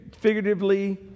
figuratively